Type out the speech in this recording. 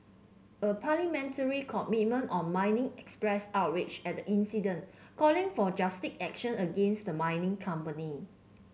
a parliamentary committee on mining expressed outrage at the incident calling for drastic action against the mining company